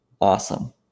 awesome